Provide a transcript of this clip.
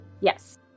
Yes